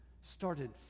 started